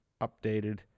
updated